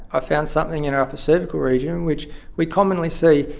ah found something in her upper cervical region which we commonly see,